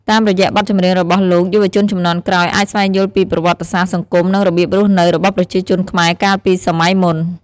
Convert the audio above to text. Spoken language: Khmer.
តាមរយៈបទចម្រៀងរបស់លោក យុវជនជំនាន់ក្រោយអាចស្វែងយល់ពី ប្រវត្តិសាស្ត្រ សង្គម និងរបៀបរស់នៅ របស់ប្រជាជនខ្មែរកាលពីសម័យមុន ។